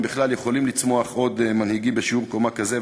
אם בכלל יכולים לצמוח עוד מנהיגים בשיעור קומה כזה.